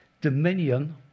dominion